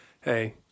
hey